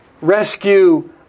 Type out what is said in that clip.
rescue